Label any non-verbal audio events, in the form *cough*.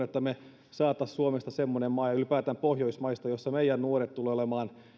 *unintelligible* että me saisimme suomesta semmoisen maan ja ylipäätään pohjoismaista jossa meidän nuoret tulevat olemaan